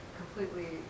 completely